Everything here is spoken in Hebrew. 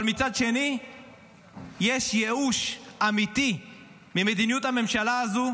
אבל מצד שני יש ייאוש אמיתי ממדיניות הממשלה הזו,